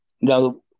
now